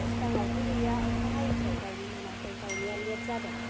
सिगाङावथ' गैया अखा हायिखाय गायनो मोनाखै गायनाया लेट जादों